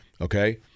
okay